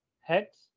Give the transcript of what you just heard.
Hex